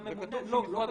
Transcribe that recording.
זה כתוב.